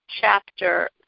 chapter